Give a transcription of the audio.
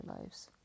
lives